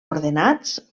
ordenats